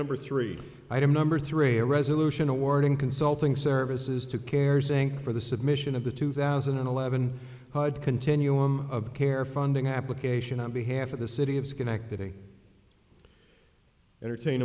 number three item number three a resolution awarding consulting services to carers inc for the submission of the two thousand and eleven continuum of care funding application on behalf of the city of schenectady entertain